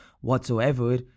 whatsoever